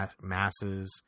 masses